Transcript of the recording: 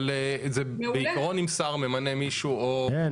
אבל זה בעיקרון אם שר ממנה מישהו או --- אין,